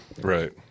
Right